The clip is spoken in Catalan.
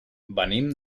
venim